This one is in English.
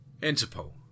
Interpol